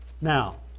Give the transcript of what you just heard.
now